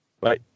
Bye